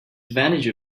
advantage